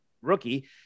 rookie